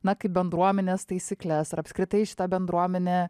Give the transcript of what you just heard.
na kaip bendruomenės taisykles ar apskritai šita bendruomenė